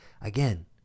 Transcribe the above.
again